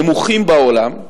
הנמוכים בעולם,